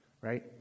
right